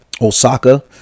osaka